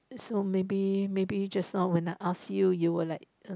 so maybe maybe just now when I ask you you'll like uh